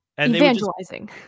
Evangelizing